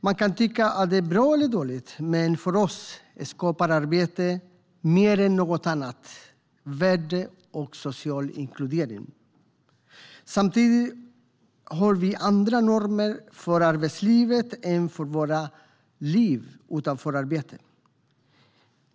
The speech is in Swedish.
Man kan tycka att det är bra eller dåligt, men för oss är det arbete som mer än något annat skapar värde och social inkludering. Samtidigt har vi andra normer för arbetslivet än för våra liv utanför arbetet.